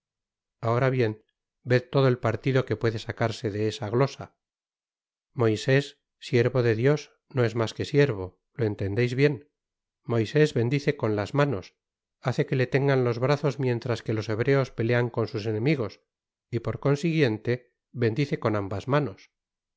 ahora bien ved todo el partido que puede sacarse de esa glosa moisés siervo de dios no es mas que siervo lo entendeis bien moisés bendice con las manos hace que le tengan los brazos mientras que los hebreos pelea con sus enemigos por consiguiente bendice con ambas manos